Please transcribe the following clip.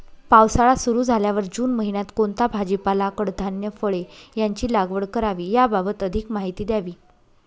पावसाळा सुरु झाल्यावर जून महिन्यात कोणता भाजीपाला, कडधान्य, फळे यांची लागवड करावी याबाबत अधिक माहिती द्यावी?